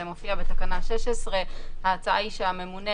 זה מופיע בתקנה 16. ההצעה היא שהממונה,